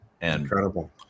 Incredible